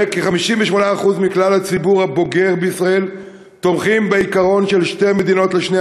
כי 58% מכלל הציבור הבוגר בישראל תומכים בעיקרון של שתי מדינות לשני